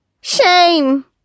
Shame